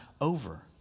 over